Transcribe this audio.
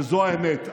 וזאת האמת,